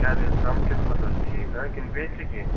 کیٛاہ دٔلیٖل ژَم کِتھٕ پٲٹھۍ روزِ ٹھیٖک ہاں کِنہٕ بیٚیہِ تہِ چھُ کیٚنٛہہ